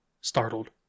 startled